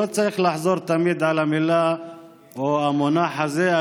לא צריך תמיד לחזור על המילה או המונח הזה,